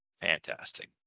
Fantastic